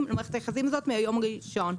למערכת היחסים הזאת מהיום הראשון.